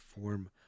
form